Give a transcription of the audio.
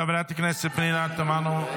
חברת הכנסת פנינה תמנו,